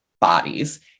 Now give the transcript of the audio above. bodies